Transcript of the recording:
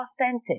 authentic